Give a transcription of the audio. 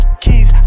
keys